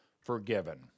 forgiven